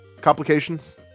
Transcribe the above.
complications